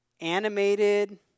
animated